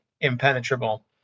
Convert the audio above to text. impenetrable